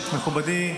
מכובדי,